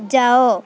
ଯାଅ